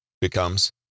becomes